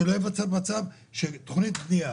שלא ייווצר מצב שתכנית בנייה